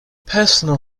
personal